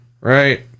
right